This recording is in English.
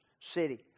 city